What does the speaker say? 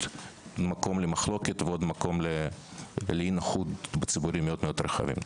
מקום למחלוקת ועוד מקום לאי נוחות בציבורים מאוד מאוד רחבים.